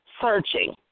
searching